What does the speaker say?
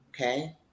okay